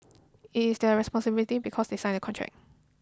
it's their responsibility because they sign the contract